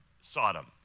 Sodom